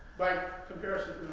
by comparison